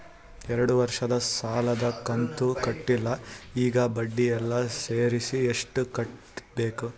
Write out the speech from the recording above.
ಎರಡು ವರ್ಷದ ಸಾಲದ ಕಂತು ಕಟ್ಟಿಲ ಈಗ ಬಡ್ಡಿ ಎಲ್ಲಾ ಸೇರಿಸಿ ಎಷ್ಟ ಕಟ್ಟಬೇಕು?